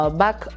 back